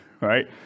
right